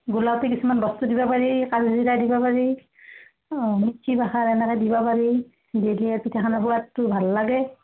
গুলোতে কিছুমান বস্তু দিব পাৰি কালজিৰা দিব পাৰি অঁ কিবা এনেকৈ দিবা পাৰি দিলে পিঠাখনৰ সোৱাদটো ভাল লাগে